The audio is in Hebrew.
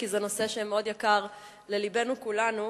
כי זה נושא שמאוד יקר ללבנו כולנו.